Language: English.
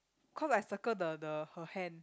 cause I circle the the her hand